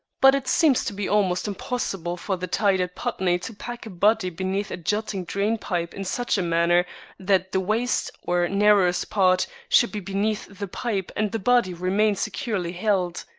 but it seems to be almost impossible for the tide at putney to pack body beneath a jutting drain-pipe in such a manner that the waist, or narrowest part, should be beneath the pipe and the body remain securely held.